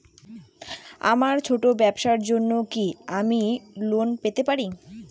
আমার ছোট্ট ব্যাবসার জন্য কি আমি লোন পেতে পারি?